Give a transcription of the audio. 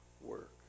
work